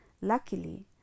Luckily